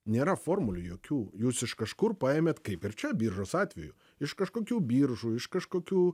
nėra formulių jokių jūs iš kažkur paėmėt kaip ir čia biržos atveju iš kažkokių biržų iš kažkokių